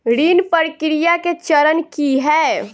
ऋण प्रक्रिया केँ चरण की है?